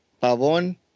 Pavon